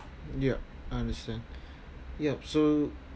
yup I understand yup so